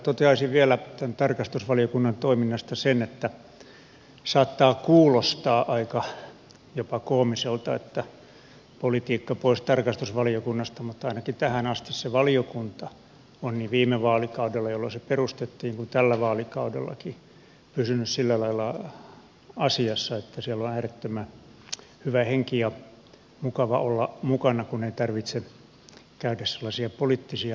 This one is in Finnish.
toteaisin vielä tarkastusvaliokunnan toiminnasta sen että saattaa kuulostaa jopa aika koomiselta että politiikka pois tarkastusvaliokunnasta mutta ainakin tähän asti se valiokunta on niin viime vaalikaudella jolloin se perustettiin kuin tälläkin vaalikaudella pysynyt sillä lailla asiassa että siellä on äärettömän hyvä henki ja mukava olla mukana kun ei tarvitse käydä sellaisia poliittisia väittelyjä